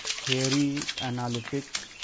theory analytique